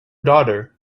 daughter